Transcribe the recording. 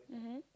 mmhmm